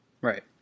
Right